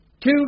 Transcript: two